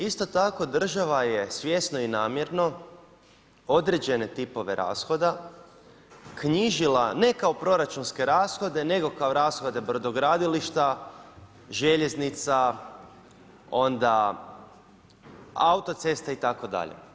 Isto tako, država je svjesno i namjerno određene tipove rashoda knjižila ne kao proračunske rashode, nego kao rashode brodogradilišta, željeznica, autocesta itd.